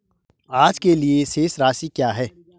आज के लिए शेष राशि क्या है?